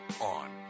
on